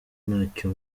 ntacyo